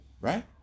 right